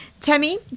Tammy